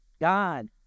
God